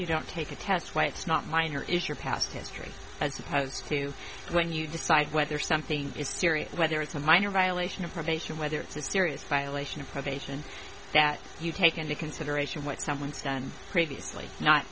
you don't take a test why it's not mine or if your past history as opposed to when you decide whether something is serious whether it's a minor violation of probation whether it's a serious violation of probation that you take into consideration what someone's done previously not